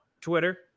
Twitter